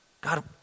God